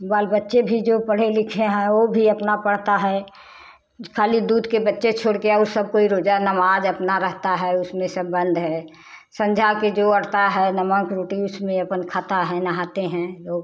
बाल बच्चे भी जो पढे़ लिखे हैं वो भी अपना पढ़ता है खाली दूध के बच्चे छोड़ के और सब कोई रोजा नमाज़ अपना रहता है उसमें सब बंद है संझा के जो अटता है नमक रोटी उसमें अपन खाता है नहाते हैं लोग